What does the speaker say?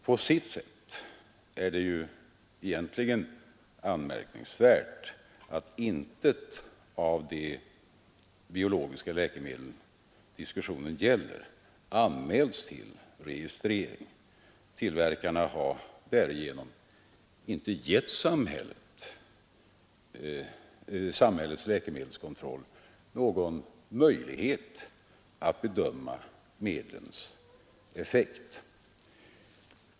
På sitt sätt är det egentligen anmärkningsvärt att intet av de biologiska läkemedel diskussionen gäller anmälts till registrering. Tillverkarna har därigenom inte gett samhällets läkemedelskontroll någon möjlighet att bedöma medlens effekt.